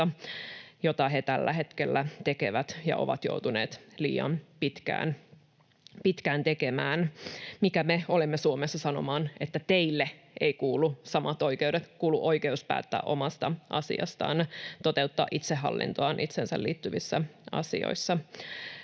mitä he tällä hetkellä tekevät ja ovat joutuneet liian pitkään tekemään. Keitä me olemme Suomessa sanomaan, että teille eivät kuulu samat oikeudet, kuulu oikeus päättää omasta asiastaan, toteuttaa itsehallintoaan itseensä liittyvissä asioissa?